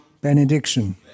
benediction